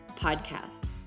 Podcast